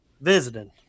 visiting